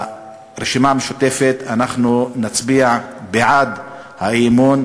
הרשימה המשותפת, אנחנו נצביע בעד האי-אמון.